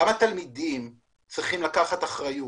גם התלמידים צריכים לקחת אחריות.